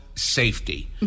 Safety